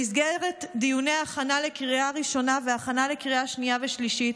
במסגרת דיוני ההכנה לקריאה ראשונה והכנה לקריאה שנייה ושלישית